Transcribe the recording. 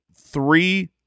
three